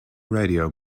radio